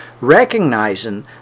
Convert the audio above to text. recognizing